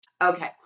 okay